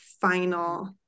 final